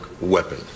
weapon